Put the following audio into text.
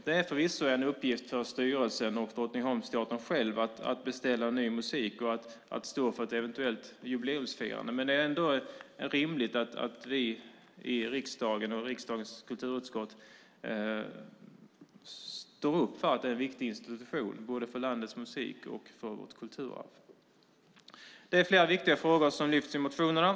Det är förvisso en uppgift för styrelsen och Drottningholmsteatern själva att beställa ny musik och att stå för ett eventuellt jubileumsfirande, men det är ändå rimligt att vi i riksdagen och riksdagens kulturutskott står upp för att detta är en viktig institution för landets musik och vårt kulturarv. Flera viktiga frågor lyfts fram i motionerna.